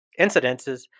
incidences